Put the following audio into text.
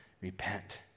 Repent